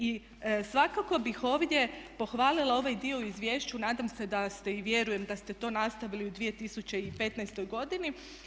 I svakako bih ovdje pohvalila ovaj dio u izvješću, nadam se da ste i vjerujem da ste to nastavili u 2015. godini.